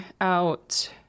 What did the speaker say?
out